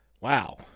Wow